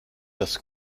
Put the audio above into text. das